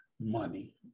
money